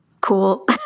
Cool